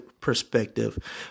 perspective